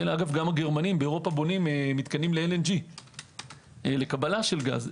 גם הגרמנים באירופה בונים מתקנים לקבלה של גז.